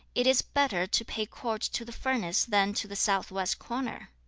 it is better to pay court to the furnace than to the south-west corner?